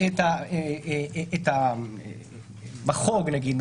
את המחוג נגיד,